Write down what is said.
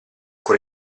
con